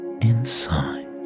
inside